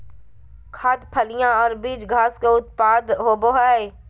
खाद्य, फलियां और बीज घास के उत्पाद होबो हइ